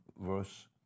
verse